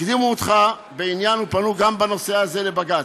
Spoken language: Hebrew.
הקדימו אותך בעניין ופנו גם בנושא הזה לבג"ץ,